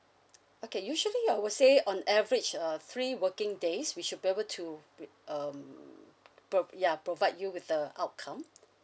okay usually I would say on average uh three working days we should be able to re~ um prov~ ya provide you with the outcome